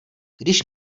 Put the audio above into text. když